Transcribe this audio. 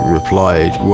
replied